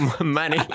money